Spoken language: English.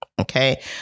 Okay